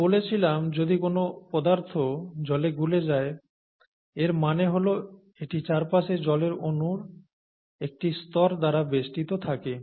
আমরা বলেছিলাম যদি কোন পদার্থ জলে গুলে যায় এর মানে হল এটি চারপাশে জলের অনুর একটি স্তর দ্বারা বেষ্টিত থাকে